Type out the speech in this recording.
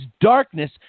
darkness